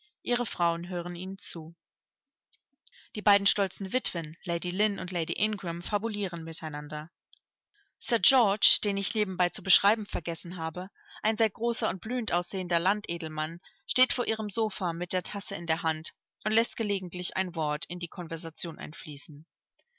ihre frauen hören ihnen zu die beiden stolzen witwen lady lynn und lady ingram fabulieren miteinander sir george den ich nebenbei zu beschreiben vergessen habe ein sehr großer und blühend aussehender landedelmann steht vor ihrem sofa mit der tasse in der hand und läßt gelegentlich ein wort in die konversation